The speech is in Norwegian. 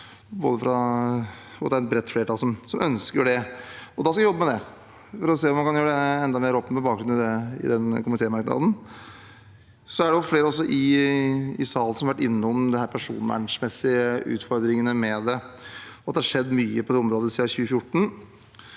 det er et bredt flertall som ønsker det. Da skal vi jobbe med det, for å se om man kan gjør det enda mer åpent, med bakgrunn i den komitémerknaden. Det er flere, også i salen, som har vært innom de personvernmessige utfordringene med dette, og at det har skjedd mye på det området siden 2014.